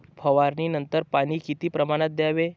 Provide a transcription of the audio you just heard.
फवारणीनंतर पाणी किती प्रमाणात द्यावे?